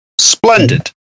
Splendid